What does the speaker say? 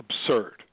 absurd